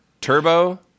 Turbo